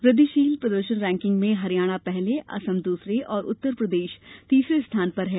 वृद्विशील प्रदर्शन रैंकिंग में हरियाणा पहले असम दूसरे और उत्तर प्रदेश तीसरे स्थान पर है